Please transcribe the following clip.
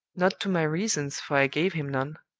not to my reasons, for i gave him none,